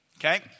Okay